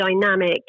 dynamic